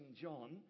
John